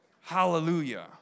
Hallelujah